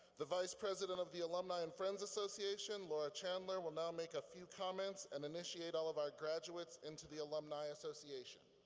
the vice president of the alumni and friends association, laura chandler, will now make a few comments and initiate all of our graduates into the alumni associate.